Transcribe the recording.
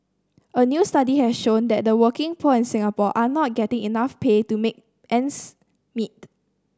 a new study has shown that the working poor in Singapore are not getting enough pay to make ends meet